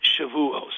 Shavuos